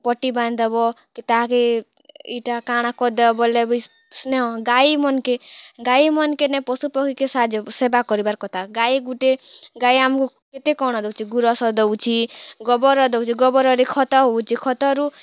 ପଟି ବାନ୍ଧି ଦେବ କି ତାହାକେ ଇ'ଟା କାଣା କରିଦେବ ବଏଲେ ବି ସ୍ନେହ ଗାଈମାନ୍ଙ୍କେ ଗାଈମାନ୍ଙ୍କେ ନେ ପଶୁ ପକ୍ଷୀକେ ସାହାଯ୍ୟ ସେବା କର୍ବାର୍ କଥା ଗାଈ ଗୁଟେ ଗାଈ ଆମ୍କୁ କେତେ କ'ଣ ଦେଉଛି ଗୁରସ୍ ଦେଉଛି ଗୋବର ଦେଉଛି ଗୋବରରେ ଖତ ହେଉଛି ଖତରୁ